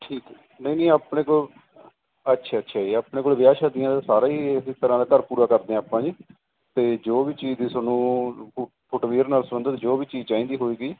ਠੀਕ ਨਹੀਂ ਨਹੀਂ ਆਪਣੇ ਕੋਲ ਅੱਛਾ ਅੱਛਾ ਜੀ ਆਪਣੇ ਕੋਲ ਵਿਆਹ ਸ਼ਾਦੀਆਂ ਸਾਰਾ ਹੀ ਤਰ੍ਹਾਂ ਦਾ ਘਰ ਪੂਰਾ ਕਰਦੇ ਆ ਆਪਾਂ ਜੀ ਤੇ ਜੋ ਵੀ ਚੀਜ਼ ਦੀ ਤੁਹਾਨੂੰ ਫੁੱਟਵੇਅਰ ਨਾਲ ਸੰਬੰਧਿਤ ਜੋ ਵੀ ਚੀਜ਼ ਚਾਹੀਦੀ ਹੋਏਗੀ